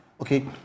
okay